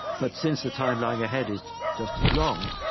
but since the time lying ahead is just as long,